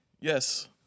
Yes